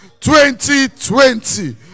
2020